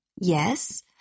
Yes